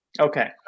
Okay